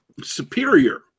superior